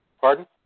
Pardon